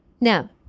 Now